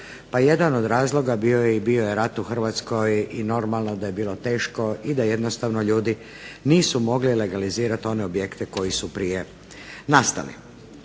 jedan od razloga bio je i rat u Hrvatskoj, pa normalno da je bilo teško i da jednostavno ljudi nisu mogli legalizirati one objekte koji su prije nastali.